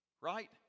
Right